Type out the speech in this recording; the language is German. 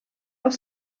auf